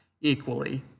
equally